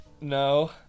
No